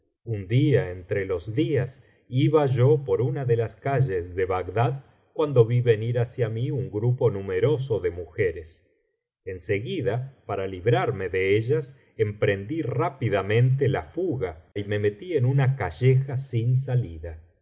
un día entre los días iba yo por una de las calles de bagdad cuando vi venir hacia mí un grupo numeroso de mujeres en seguida para librarme de ellas emprendí rápidamente la fuga y me metí en biblioteca valenciana generalitat valenciana historia del jorobado una calleja sin salida